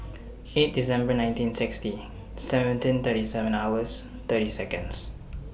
eight December nineteen sixty seventeen thirty seven hours thirty Seconds